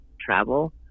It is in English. travel